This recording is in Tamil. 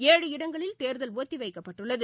ஏழு இடங்களில் தேர்தல் ஒத்தி வைக்கப்பட்டுள்ளது